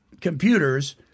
computers